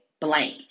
blank